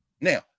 Now